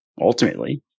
ultimately